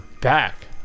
back